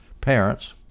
parents